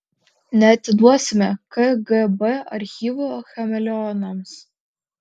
neatiduosime kgb archyvų chameleonams